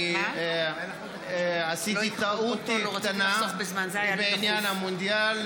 אני עשיתי טעות קטנה בעניין המונדיאל,